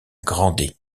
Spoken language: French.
grandet